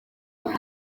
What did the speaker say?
cyane